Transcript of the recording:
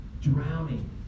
Drowning